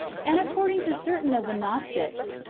and, according to certain of the gnostics,